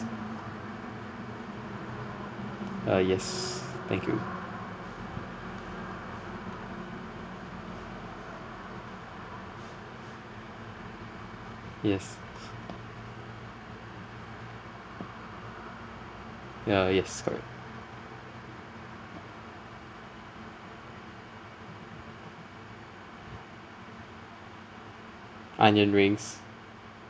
uh yes thank you yes ah yes correct onion rings